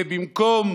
ובמקום